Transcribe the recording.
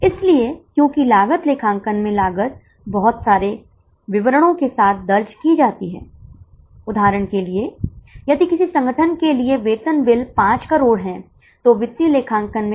इसलिए यदि कोई निश्चित लागत परिवर्तनीय लागत और अर्ध परिवर्तनीय लागत हो तो कृपया उसे सूचीबद्ध करें